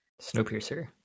Snowpiercer